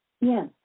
Yes